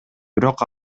бирок